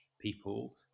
people